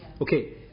Okay